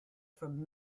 from